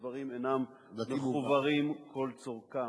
הדברים אינם מוחוורים כל צורכם.